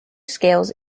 scales